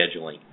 scheduling